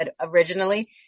originally